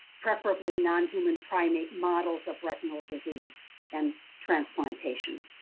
preferably non-human primate models of retinal disease and transplantation.